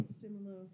similar